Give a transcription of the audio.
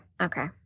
Okay